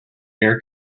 air